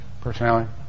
Personality